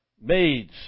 maids